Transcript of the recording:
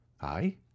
I